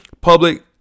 public